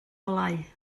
olau